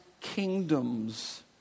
kingdoms